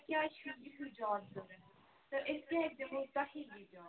تُہۍ کیٛازِ چھُ یہِ ہیٛوٗ جاب ضروٗرت تہٕ أسۍ کیٛازِ دِمہو تۄہی یہِ جاب